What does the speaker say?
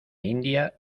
india